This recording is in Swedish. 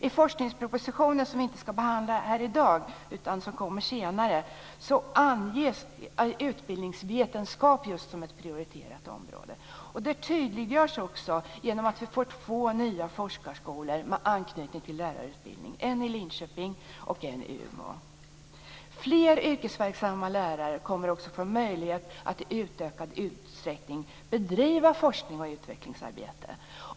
I forskningspropositionen som vi inte ska behandla här i dag utan senare anges utbildningsvetenskap just som ett prioriterat område. Det tydliggörs också genom att vi får två nya forskarskolor med anknytning till lärarutbildning, en i Linköping och en i Umeå. Fler yrkesverksamma lärare kommer också att få möjlighet att i ökad utsträckning bedriva forskning och utvecklingsarbete.